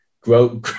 grow